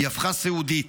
היא הפכה סיעודית.